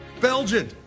Belgian